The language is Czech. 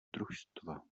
družstva